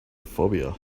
phobia